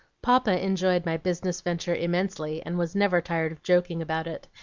papa enjoyed my business venture immensely, and was never tired of joking about it.